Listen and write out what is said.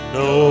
no